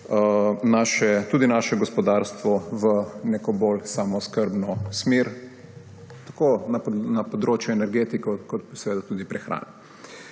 naše gospodarstvo v neko bolj samooskrbno smer tako na področju energetike kot seveda tudi prehrane.